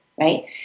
right